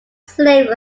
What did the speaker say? slaves